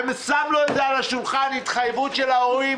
ושם לו על השולחן התחייבות של ההורים